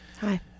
Hi